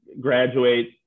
graduate